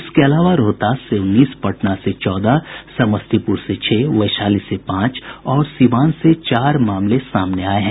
इसके अलावा रोहतास से उन्नीस पटना से चौदह समस्तीपुर से छह वैशाली से पांच और सीवान से चार मामले सामने आये हैं